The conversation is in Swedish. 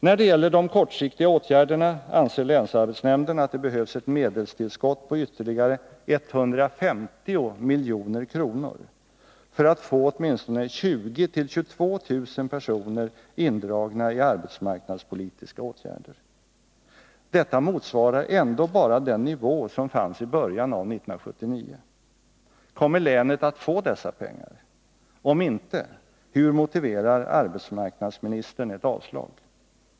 När det gäller de kortsiktiga åtgärderna anser länsarbetsnämnden att det behövs ett medelstillskott på ytterligare 150 milj.kr. för att få åtminstone 20 000-22 000 personer indragna i arbetsmarknadspolitiska åtgärder. Det motsvarar ändå bara den nivå som fanns i början av 1979. Kommer länet att få dessa pengar? Om inte — hur motiverar arbetsmarknadsministern ett avslag?